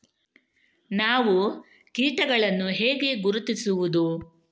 ನಾವು ಕೀಟಗಳನ್ನು ಹೇಗೆ ಗುರುತಿಸುವುದು?